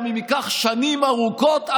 גם אם ייקח שנים ארוכות,